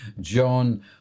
John